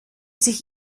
sich